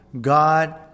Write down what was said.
God